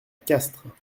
castres